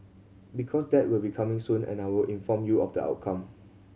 because that will be coming soon and I will inform you of the outcome